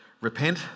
repent